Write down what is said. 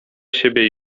siebie